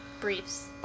Briefs